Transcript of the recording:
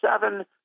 seven